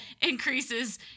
increases